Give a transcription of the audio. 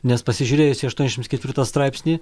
nes pasižiūrėjus į aštuoniasdešimt ketvirtą straipsnį